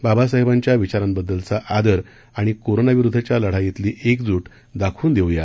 बाबासाहेबांच्या विचारांबद्दलचा आदर आणि कोरोनाविरुद्धच्या लढाईतील एकजूट दाखवून देऊया